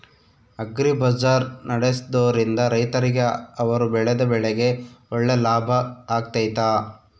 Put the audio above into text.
Agri bazaar ನಡೆಸ್ದೊರಿಂದ ರೈತರಿಗೆ ಅವರು ಬೆಳೆದ ಬೆಳೆಗೆ ಒಳ್ಳೆ ಲಾಭ ಆಗ್ತೈತಾ?